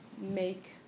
make